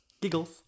Giggles